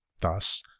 thus